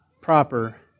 proper